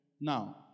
Now